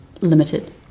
limited